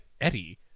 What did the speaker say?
Eddie